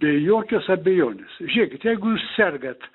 be jokios abejonės žiūrėkit jeigu jūs sergat